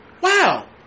wow